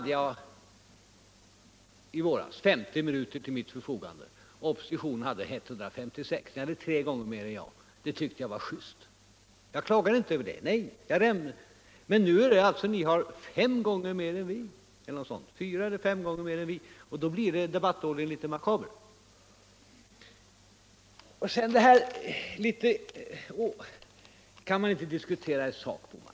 F debatten i väras hade jag 50 minuter tvill mitt förfogande och oppositionen hade 156 minuter. Ni hade alltså tre gånger mer än jag. Det tyckte jag var just. Jag klagade inte över det. Men nu har ni fem gånger mer än vi. och därför blir debattordningen litet makaber. Kan man inte diskutera i sak. herr Bohman?